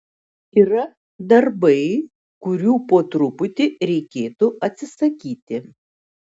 yra darbai kurių po truputį reikėtų atsisakyti